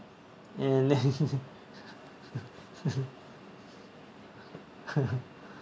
and then